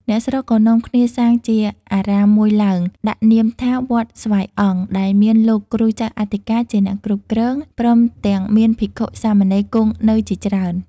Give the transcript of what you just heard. អ្នកស្រុកក៏នាំគ្នាសាងជាអារាមមួយឡើង ដាក់នាមថា "វត្តស្វាយអង្គ" ដោយមានលោកគ្រូចៅអធិការជាអ្នកគ្រប់គ្រង ព្រមទាំងមានភិក្ខុ-សាមណេរគង់នៅជាច្រើន ។